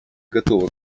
готовы